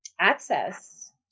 access